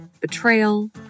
betrayal